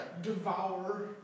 Devour